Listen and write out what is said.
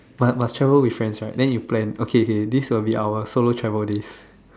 but must travel with friends right then you plan okay kay this will be our solo travel days